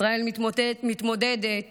ישראל מתמודדת